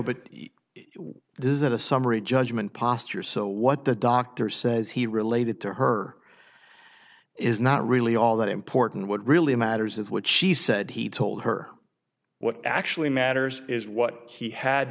isn't a summary judgment posture so what the doctor says he related to her is not really all that important what really matters is what she said he told her what actually matters is what he had